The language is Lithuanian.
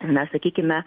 na sakykime